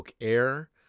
Air